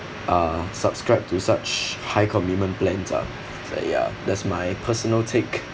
uh subscribe to such high commitment plans lah so ya that's my personal take